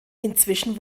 inzwischen